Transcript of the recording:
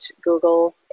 Google